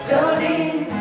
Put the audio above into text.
Jolene